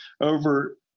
over